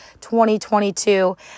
2022